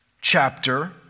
chapter